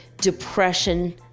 depression